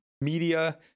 media